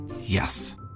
Yes